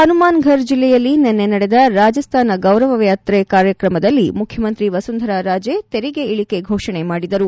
ಹನುಮಾನ್ಫರ್ ಜಿಲ್ಲೆಯಲ್ಲಿ ನಿನ್ನೆ ನಡೆದ ರಾಜಸ್ತಾನ ಗೌರವಯಾತ್ರೆ ಕಾರ್ಯಕ್ರಮದಲ್ಲಿ ಮುಖ್ಯಮಂತ್ರಿ ವಸುಂಧರಾ ರಾಜೆ ತೆರಿಗೆ ಇಳಿಕೆ ಘೋಷಣೆ ಮಾಡಿದರು